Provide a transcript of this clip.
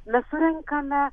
mes surenkame